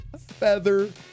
feather